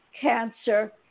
Cancer